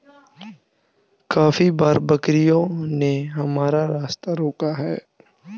काफी बार बकरियों ने हमारा रास्ता रोका है